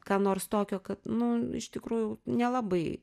ką nors tokio kad nu iš tikrųjų nelabai